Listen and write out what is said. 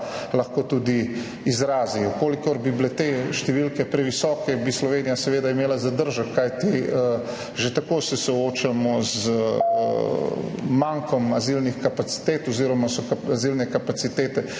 lahko tudi izrazi. Če bi bile te številke previsoke, bi Slovenija seveda imela zadržek, kajti že tako se soočamo z mankom azilnih kapacitet oziroma so azilne kapacitete